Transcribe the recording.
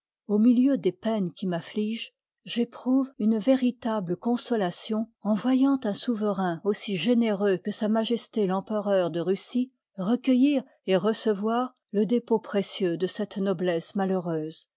au milieu des peines qui m'affligent j'éprouve une véritable consolation en voyant un souverain aussi généreux que s m l'empereur de russie recueillir et recevoir le dépôt précieux de cette noblesse malheureuse